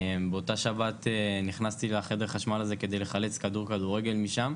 באותה שבת נכנסתי לחדר חשמל הזה כדי לחלץ כדור כדורגל משם,